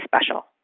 special